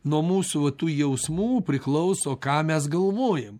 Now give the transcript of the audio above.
nuo mūsųva tų jausmų priklauso ką mes galvojam